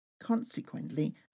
Consequently